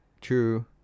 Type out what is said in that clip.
true